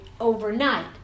overnight